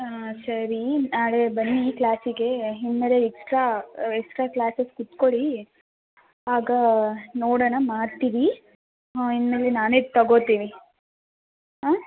ಹಾಂ ಸರಿ ನಾಳೆ ಬನ್ನಿ ಕ್ಲಾಸಿಗೆ ಇನ್ನುಮೇಲೆ ಎಕ್ಸ್ಟ್ರಾ ಎಕ್ಸ್ಟ್ರಾ ಕ್ಲಾಸಸ್ ಕುತ್ಕೊಳ್ಳಿ ಆಗ ನೋಡೋಣ ಮಾಡ್ತೀವಿ ಹಾಂ ಇನ್ನುಮೇಲೆ ನಾನೇ ತಗೋತೀನಿ ಹಾಂ